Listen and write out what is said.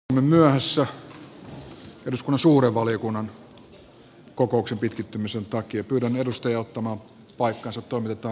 aloitamme myöhässä eduskunnan suuren valiokunnan kokouksen pitkittymisen takia kylän edustaja ottamaan paikkansa toimittaa